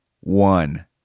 one